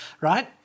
right